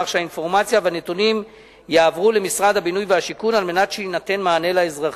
שהאינפורמציה והנתונים יועברו למשרד הבינוי והשיכון כדי שיינתן מענה לאזרחים.